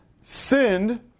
sinned